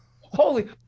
Holy